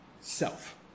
Self